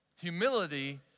Humility